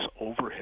overhead